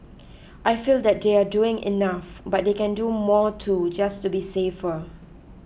I feel that they are doing enough but they can do more too just to be safer